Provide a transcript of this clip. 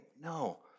no